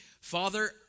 Father